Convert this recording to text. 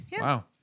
Wow